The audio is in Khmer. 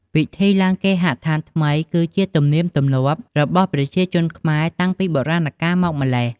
ពិធីឡើងគេហដ្ឋានថ្មី គឺជាទំនៀមទម្លាប់របស់ប្រជាជនខ្មែរតាំងពីបុរាណកាលមកម្ល៉េះ។